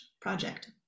project